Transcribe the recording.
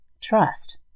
Trust